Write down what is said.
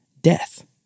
Death